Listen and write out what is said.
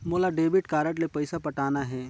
मोला debit card ले पइसा पटाना हे?